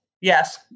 Yes